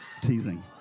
Teasing